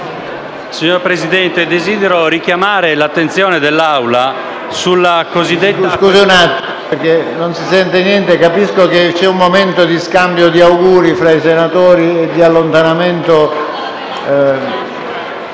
Signor Presidente, desidero richiamare l'attenzione dell'Assemblea sulla cosiddetta